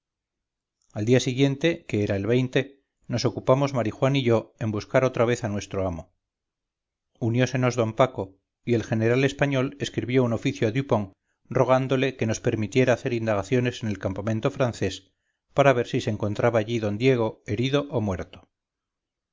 al día siguiente que era el nos ocupamos marijuán y yo en buscar otra vez a nuestro amo uniósenos d paco y el general español escribió un oficio a dupont rogándole que nos permitiera hacer indagaciones en el campamento francés para ver si se encontraba allí a d diego herido o muerto